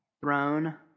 Throne